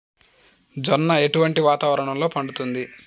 జొన్న ఎటువంటి వాతావరణంలో పండుతుంది?